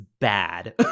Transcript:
bad